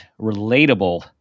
relatable